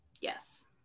Yes